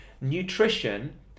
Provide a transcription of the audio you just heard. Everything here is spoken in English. nutrition